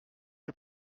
les